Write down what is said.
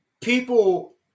people